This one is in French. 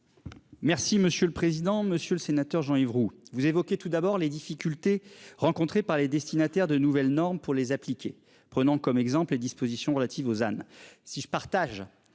Merci monsieur le président, monsieur le sénateur Jean-Yves Roux vous évoquez tout d'abord les difficultés rencontrées par les destinataires de nouvelles normes pour les appliquer, prenant comme exemple les dispositions relatives aux Anne si je partage.